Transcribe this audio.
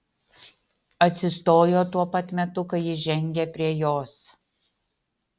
atsistojo tuo pat metu kai jis žengė prie jos